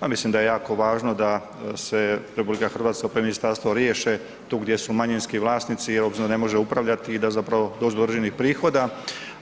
Pa mislim da je jako važno da se RH pa i ministarstvo riješe tu gdje su manjinski vlasnici obzirom da ne može upravljati i da zapravo dođu do određenih prihoda,